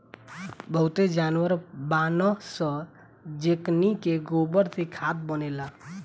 बहुते जानवर बानअ सअ जेकनी के गोबर से खाद बनेला